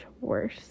worse